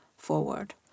forward